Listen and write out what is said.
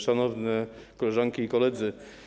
Szanowni Koleżanki i Koledzy!